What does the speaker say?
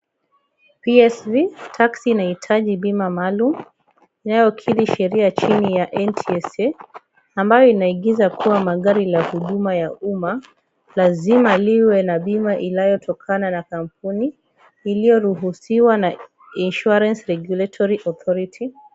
PSV taxi inahitaji bima maalum inayokidhi sheria chini ya NTSA ambayo inaigiza kuwa magari ya huduma ya umma. Lazima iwe na bima inayotokana na kampuni iliyo ruhusiwa na insurance regulatory authority .